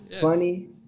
funny